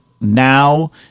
Now